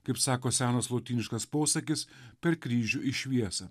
kaip sako senas lotyniškas posakis per kryžių į šviesą